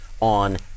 on